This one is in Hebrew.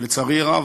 לצערי הרב,